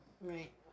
Right